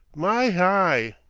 my heye!